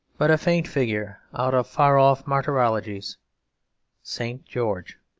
but a faint figure out of far-off martyrologies st. george.